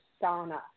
Donna